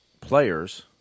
players